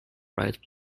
bright